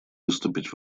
выступить